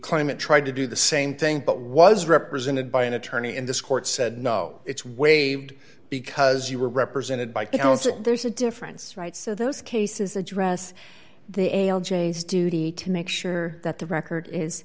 claimant tried to do the same thing but was represented by an attorney in this court said no it's waived because you were represented by counsel there's a difference right so those cases address the j's duty to make sure that the record is